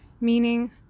meaning